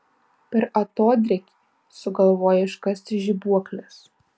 per atodrėkį sugalvojo iškasti žibuokles